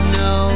no